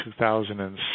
2007